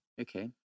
Okay